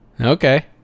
Okay